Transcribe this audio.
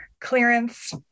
clearance